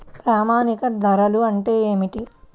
ప్రామాణిక ధరలు అంటే ఏమిటీ?